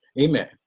Amen